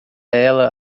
ela